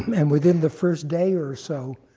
um and within the first day or so,